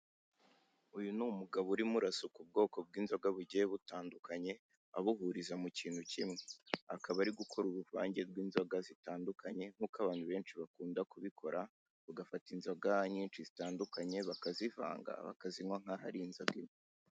Uy ni umugabo urimo arasuka ubwoko bw'inzoga bugiye utandukanye abuhuriza mu kintu kimwe akaba ari gukora uruvange rw'inzoga zitandukanye , nk'uko abantu benshi bakunda kubikora bagafata inzoga nyinshi zitandukanye bakazivanga bakazinywa nk'aho ari inzoga imwe.